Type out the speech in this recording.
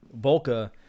Volka